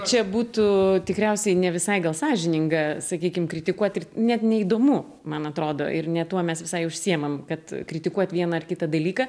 čia būtų tikriausiai ne visai gal sąžininga sakykim kritikuot ir net neįdomu man atrodo ir ne tuo mes visai užsiimam kad kritikuot vieną ar kitą dalyką